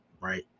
right